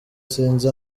sinzi